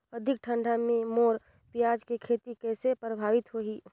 अधिक ठंडा मे मोर पियाज के खेती कइसे प्रभावित होही?